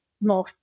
more